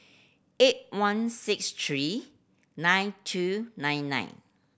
eight one six three nine two nine nine